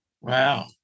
wow